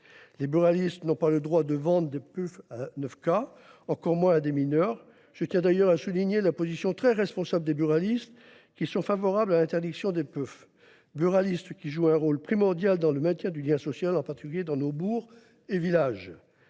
Les buralistes n’ont pas le droit de vendre des puffs 9K, encore moins à des mineurs. Je tiens, d’ailleurs, à souligner la position très responsable des buralistes, qui sont favorables à l’interdiction des puffs. Ces professionnels jouent un rôle primordial dans le maintien du lien social, en particulier dans nos bourgs et nos villages.